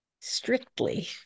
strictly